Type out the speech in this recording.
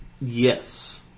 Yes